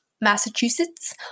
Massachusetts